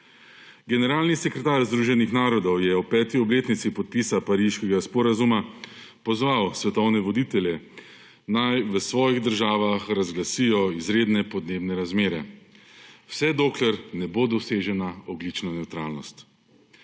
Generalni sekretar Združenih narodov je ob 5. obletnici podpisa Pariškega sporazuma pozval svetovne voditelje, naj v svojih državah razglasijo izredne podnebne razmere, vse dokler ne bo dosežena ogljična nevtralnost.